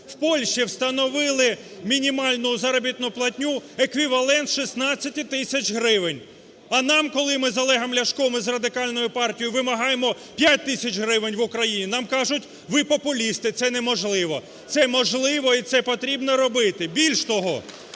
У Польщі встановили мінімальну заробітну платню – еквівалент 16 тисяч гривень. А нам, коли ми з Олегом Ляшко із Радикальною партією вимагаємо 5 тисяч гривень в Україні, нам кажуть, ви популісти, це неможливо. Це можливо і це потрібно робити. Більше того,